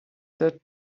that